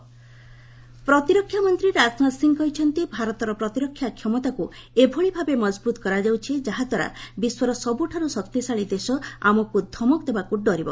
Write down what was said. Rajnath BJP worker ପ୍ରତିରକ୍ଷା ମନ୍ତ୍ରୀ ରାଜନାଥ ସିଂ କହିଛନ୍ତି ଭାରତର ପ୍ରତିରକ୍ଷା କ୍ଷମତାକୁ ଏଭଳି ଭାବେ ମଜବୁତ କରାଯାଉଛି ଯାହାଦ୍ୱାରା ବିଶ୍ୱର ସବୁଠାରୁ ଶକ୍ତିଶାଳୀ ଦେଶ ଆମକୁ ଧମକ ଦେବାକୁ ଡରିବ